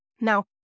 Now